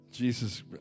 Jesus